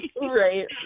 Right